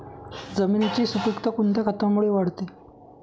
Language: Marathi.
जमिनीची सुपिकता कोणत्या खतामुळे वाढते?